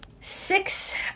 six